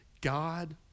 God